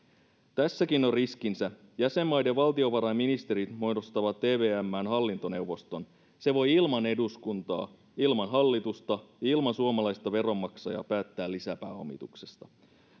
tässäkin on riskinsä jäsenmaiden valtiovarainministerit muodostavat evmään hallintoneuvoston se voi ilman eduskuntaa ilman hallitusta ja ilman suomalaista veronmaksajaa päättää lisäpääomituksesta